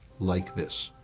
like this